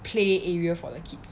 play area for kids